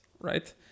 right